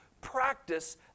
practice